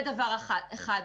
זה דבר אחד.